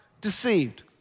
deceived